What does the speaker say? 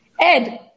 Ed